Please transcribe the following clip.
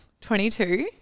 22